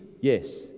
Yes